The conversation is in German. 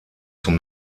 zum